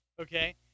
okay